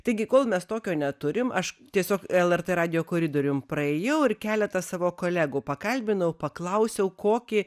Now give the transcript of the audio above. taigi kol mes tokio neturim aš tiesiog lrt radijo koridorium praėjau ir keletą savo kolegų pakalbinau paklausiau kokį